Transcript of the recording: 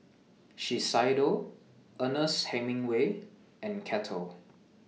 Shiseido Ernest Hemingway and Kettle